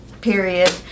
period